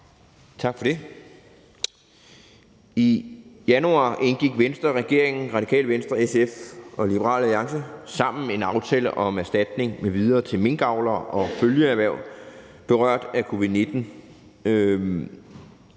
Tak for det. I januar indgik Venstre, regeringen, Radikale Venstre, SF og Liberal Alliance sammen en aftale om erstatning m.v. til minkavlere og følgeerhverv berørt af covid-19.